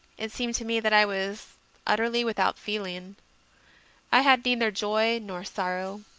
it seemed to me that i was utterly without feeling i had neither joy nor sorrow,